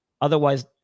Otherwise